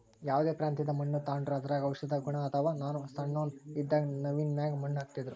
ಯಾವ್ದೇ ಪ್ರಾಂತ್ಯದ ಮಣ್ಣು ತಾಂಡ್ರೂ ಅದರಾಗ ಔಷದ ಗುಣ ಅದಾವ, ನಾನು ಸಣ್ಣೋನ್ ಇದ್ದಾಗ ನವ್ವಿನ ಮ್ಯಾಗ ಮಣ್ಣು ಹಾಕ್ತಿದ್ರು